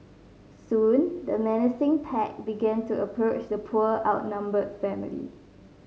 soon the menacing pack began to approach the poor outnumbered family